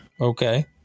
Okay